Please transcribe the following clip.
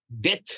Death